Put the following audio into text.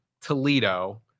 Toledo